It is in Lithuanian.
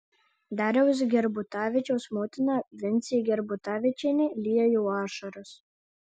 dariaus gerbutavičiaus motina vincė gerbutavičienė liejo ašaras